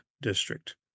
District